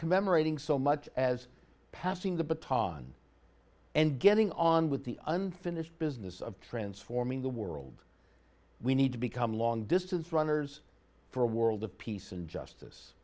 commemorating so much as passing the baton and getting on with the unfinished business of transforming the world we need to become long distance runners for a world of peace and justice